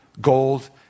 gold